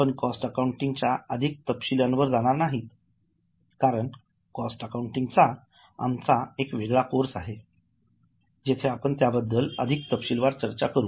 आपण कॉस्ट अकाउंटिंगच्या अधिक तपशीलांवर जाणार नाही कारण कॉस्ट अकाउंटिंगचा आमचा एक वेगळा कोर्से आहे जिथे आपण त्याबद्दल अधिक तपशीलांवर चर्चा करू